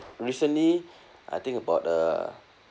recently I think about uh